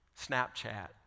Snapchat